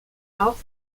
auch